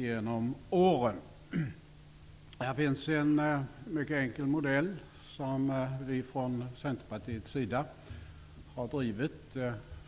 Det finns ett förslag till en mycket enkel modell som vi från Centerpartiets sida